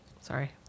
Sorry